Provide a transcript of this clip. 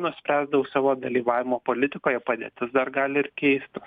nuspręs dėl savo dalyvavimo politikoje padėtis dar gali ir keistis